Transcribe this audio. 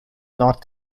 not